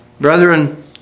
brethren